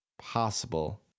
possible